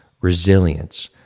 resilience